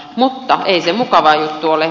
mutta ei se mukava juttu ole